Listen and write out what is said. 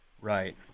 Right